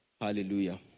Hallelujah